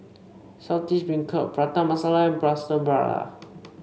Saltish Beancurd Prata Masala and Plaster Prata